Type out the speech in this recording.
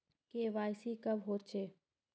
KYC कब होचे?